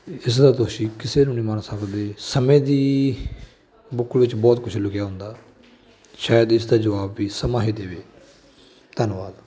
ਇਸ ਦਾ ਦੋਸ਼ੀ ਕਿਸੇ ਨੂੰ ਨਹੀਂ ਮੰਨ ਸਕਦੇ ਸਮੇਂ ਦੀ ਬੁੱਕਲ ਵਿੱਚ ਬਹੁਤ ਕੁਝ ਲੁਕਿਆ ਹੁੰਦਾ ਸ਼ਾਇਦ ਇਸ ਦਾ ਜਵਾਬ ਵੀ ਸਮਾਂ ਹੀ ਦੇਵੇ ਧੰਨਵਾਦ